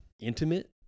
intimate